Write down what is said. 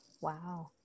Wow